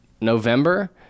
November